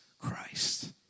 Christ